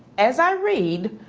as i read,